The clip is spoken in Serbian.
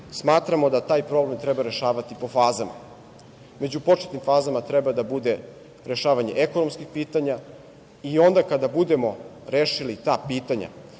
smatramo da taj problem treba rešavati po fazama.Među početnim fazama treba da bude rešavanje ekonomskih pitanja, i onda kada budemo rešili ta pitanja,